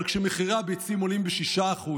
אבל כשמחירי הביצים עולים ב-6%,